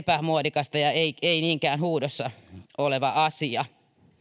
epämuodikasta ja ei ei niinkään huudossa oleva asia